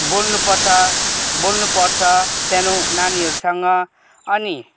बोल्नु पर्छ बोल्नु पर्छ सानो नानीहरूसँग अनि